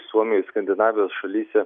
suomijoj skandinavijos šalyse